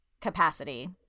capacity